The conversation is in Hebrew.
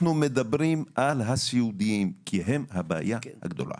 אנחנו מדברים רק על הסיעודיים כי הם הבעיה הגדולה,